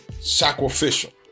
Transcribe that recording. sacrificial